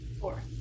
Four